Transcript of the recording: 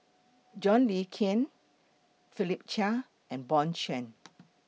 John Le Cain Philip Chia and Bjorn Shen